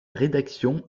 rédaction